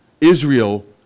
Israel